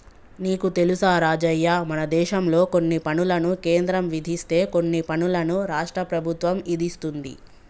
నీకు తెలుసా రాజయ్య మనదేశంలో కొన్ని పనులను కేంద్రం విధిస్తే కొన్ని పనులను రాష్ట్ర ప్రభుత్వం ఇదిస్తుంది